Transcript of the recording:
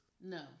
No